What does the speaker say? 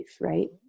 right